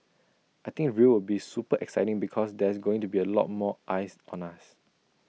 I think Rio will be super exciting because there's going to be A lot more eyes on us